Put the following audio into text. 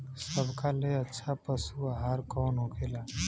सबका ले अच्छा पशु आहार कवन होखेला?